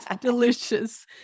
delicious